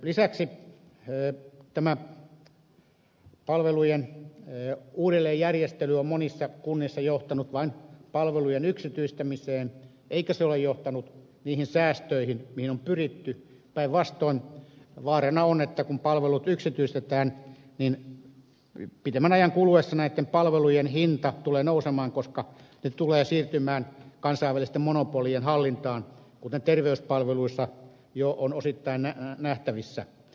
lisäksi tämä palvelujen uudelleenjärjestely on monissa kunnissa johtanut vain palvelujen yksityistämiseen eikä se ole johtanut niihin säästöihin mihin on pyritty päinvastoin vaarana on että kun palvelut yksityistetään pitemmän ajan kuluessa palvelujen hinta tulee nousemaan koska ne tulevat siirtymään kansainvälisten monopolien hallintaan kuten terveyspalveluissa jo on osittain nähtävissä